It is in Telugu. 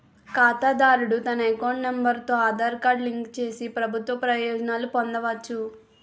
ఖాతాదారుడు తన అకౌంట్ నెంబర్ తో ఆధార్ కార్డు లింక్ చేసి ప్రభుత్వ ప్రయోజనాలు పొందవచ్చు